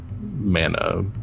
mana